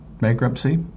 bankruptcy